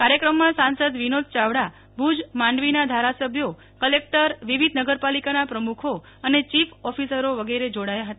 કાર્યક્રમમાં સાંસદ વિનોદભાઈ ચાવડા ભુજ માંડવીના ધારાસભ્યો કલેકટર વિવિધ નગરપાલિકાના પ્રમુખ અને ચીફ ઓફિસરો વગેરે જોડાયા હતા